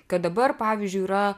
kad dabar pavyzdžiui yra